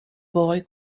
boy